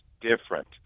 different